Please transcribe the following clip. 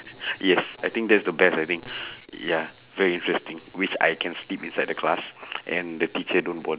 yes I think that's the best I think ya very interesting which I can sleep inside the class and the teacher don't bother